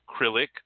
acrylic